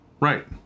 right